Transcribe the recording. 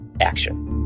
action